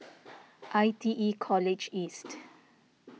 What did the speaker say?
I T E College East